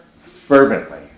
fervently